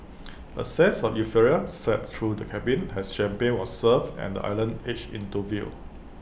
A sense of euphoria swept through the cabin as champagne was served and the island edged into view